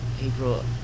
April